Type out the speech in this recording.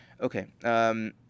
Okay